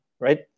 right